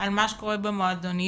על מה שקורה במועדוניות,